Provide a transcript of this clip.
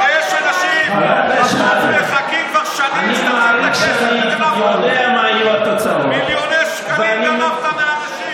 הרי יש אנשים שמחכים כבר שנים שתחזיר את הכסף שגנבת להם.